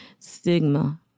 stigma